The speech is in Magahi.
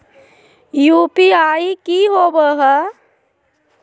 यू.पी.आई की होबो है?